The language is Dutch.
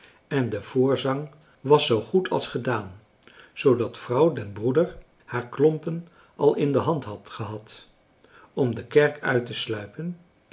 en de voorzang was zoo goed als gedaan zoodat vrouw den broeder haar klompen al in de hand had gehad om de kerk uit te sluipen